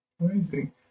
Amazing